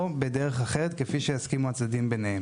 או בדרך אחרת כפי שיסכימו הצדדים ביניהם.